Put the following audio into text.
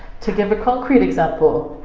to give a concrete example